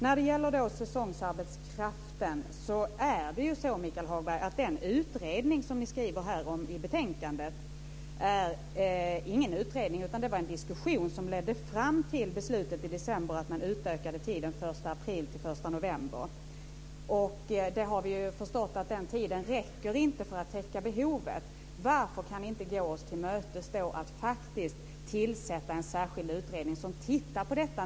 När det gäller säsongsarbetskraften är det ju så, Michael Hagberg, att den utredning som ni skriver om i betänkandet inte är någon utredning. Det var en diskussion som ledde fram till beslutet i december att utöka tiden till den 1 april-1 november. Vi har förstått att den tiden inte räcker för att täcka behovet. Varför kan ni inte gå oss till mötes och faktiskt tillsätta en särskild utredning som tittar på detta?